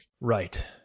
right